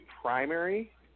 primary